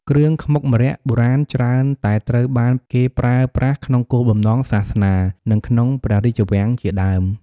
គ្រឿងខ្មុកម្រ័ក្សណ៍បុរាណច្រើនតែត្រូវបានគេប្រើប្រាស់ក្នុងគោលបំណងសាសនា និងក្នុងព្រះរាជវាំងជាដើម។